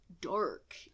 dark